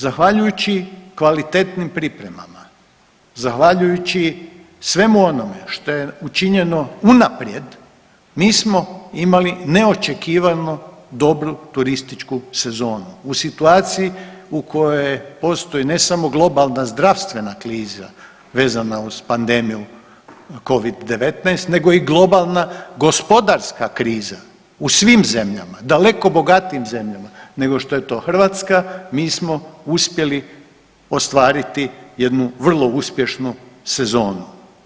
Zahvaljujući kvalitetnim pripremama, zahvaljujući svemu onome što je učinjeno unaprijed mi smo imali neočekivano dobru turističku sezonu u situaciji u kojoj postoji ne samo globalna zdravstvena kriza vezana uz pandemiju Covid-19 nego i globalna gospodarska kriza u svim zemljama, daleko bogatijim zemljama nego što je to Hrvatska mi smo uspjeli ostvariti jednu vrlo uspješnu sezonu.